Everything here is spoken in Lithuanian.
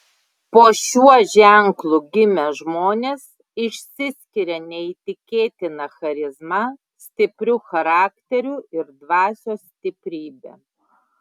po šiuo ženklu gimę žmonės išsiskiria neįtikėtina charizma stipriu charakteriu ir dvasios stiprybe